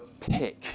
pick